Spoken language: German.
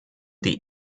die